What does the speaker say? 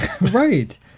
Right